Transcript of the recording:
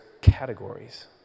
categories